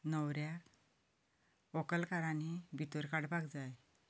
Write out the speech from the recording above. न्हवऱ्याक व्हंकलकारांनी भितर काडपाक जाय